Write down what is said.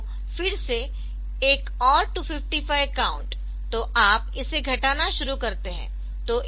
तो फिर से एक और 255 काउंट तो आप इसे घटाना शुरू करते है